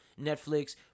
Netflix